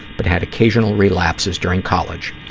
but had occasional relapses during college.